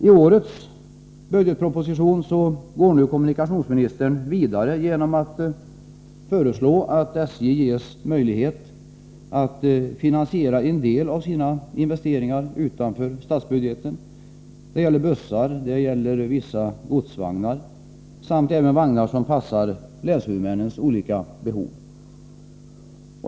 I årets budgetproposition går nu kommunikationsministern vidare genom att föreslå att SJ ges möjlighet att finansiera en del av sina investeringar utanför statsbudgeten. Det gäller bussar, vissa godsvagnar samt även vagnar som passar länshuvudmännens olika behov.